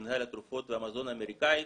מינהל התרופות והמזון האמריקאי,